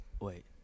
wait